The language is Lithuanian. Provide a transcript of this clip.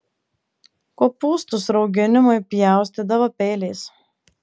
kopūstus rauginimui pjaustydavo peiliais